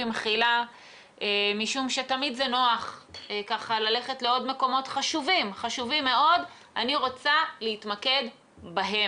תמיד נוח ללכת לעוד מקומות חשובים מאוד אבל אני רוצה להתמקד בהם.